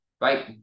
Right